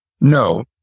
No